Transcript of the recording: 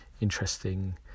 interesting